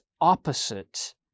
opposite